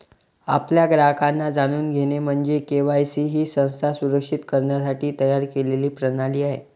आपल्या ग्राहकांना जाणून घेणे म्हणजे के.वाय.सी ही संस्था सुरक्षित करण्यासाठी तयार केलेली प्रणाली आहे